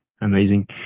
Amazing